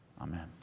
Amen